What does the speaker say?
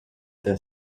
their